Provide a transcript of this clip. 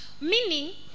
meaning